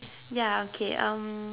ya okay um